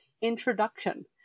introduction